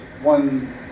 one